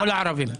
כל הערבים.